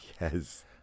Yes